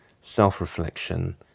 self-reflection